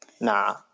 nah